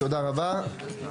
תודה רבה.